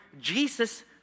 Jesus